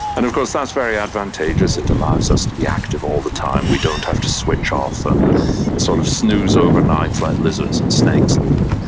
and of course that's very advantageous, it allows us to be active all the time, we don't have to switch off and sort of snooze overnight like lizards and snakes do.